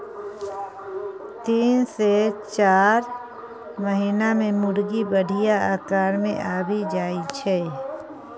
तीन सँ चारि महीना मे मुरगी बढ़िया आकार मे आबि जाइ छै